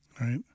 right